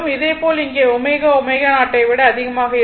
இதேபோல் இங்கே ω ω0 ஐ விட அதிகமாக இருக்கும்